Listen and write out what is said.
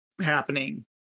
happening